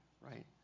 right